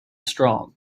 strong